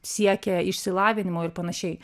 siekia išsilavinimo ir panašiai